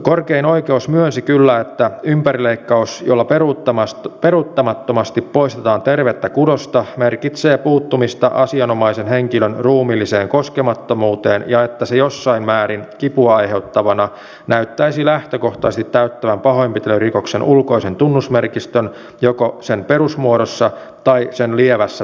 korkein oikeus myönsi kyllä että ympärileikkaus jolla peruuttamattomasti poistetaan tervettä kudosta merkitsee puuttumista asianomaisen henkilön ruumiilliseen koskemattomuuteen ja että se jossain määrin kipua aiheuttavana näyttäisi lähtökohtaisesti täyttävän pahoinpitelyrikoksen ulkoisen tunnusmerkistön joko sen perusmuodossa tai sen lievässä tekomuodossa